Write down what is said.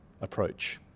approach